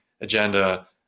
agenda